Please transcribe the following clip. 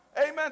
Amen